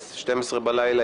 הגיעה השעה 24:00 בלילה,